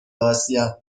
آسیا